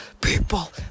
people